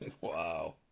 Wow